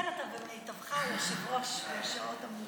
איתן, אתה במיטבך, היושב-ראש, בשעות המאוחרות.